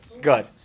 good